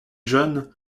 jeunes